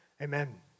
Amen